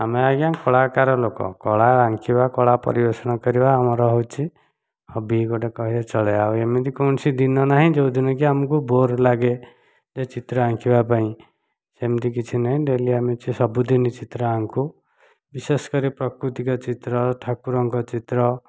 ଆମେ ଆଜ୍ଞା କଳାକାର ଲୋକ କଳା ଆଙ୍କିବା କଳା ପରିବେଷଣ କରିବା ଆମର ହେଉଛି ହବି ଗୋଟେ କହିଲେ ଚଳେ ଆଉ ଏମିତି କୌଣସି ଦିନ ନାହିଁ ଯେଉଁଦିନ କି ଆମକୁ ବୋର୍ ଲାଗେ ଯେ ଚିତ୍ର ଆଙ୍କିବା ପାଇଁ ଏମିତି କିଛି ନାହିଁ ଡେଲି ଆମେ ସବୁଦିନ ଚିତ୍ର ଆଙ୍କୁ ବିଶେଷ କରି ପ୍ରାକୃତିକ ଚିତ୍ର ଠାକୁରଙ୍କ ଚିତ୍ର